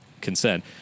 concern